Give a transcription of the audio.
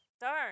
Darn